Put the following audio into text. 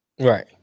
right